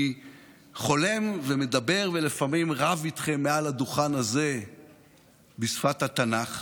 אני חולם ומדבר ולפעמים רב איתכם מעל הדוכן הזה בשפת התנ"ך.